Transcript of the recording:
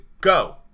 go